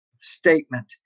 statement